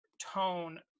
tone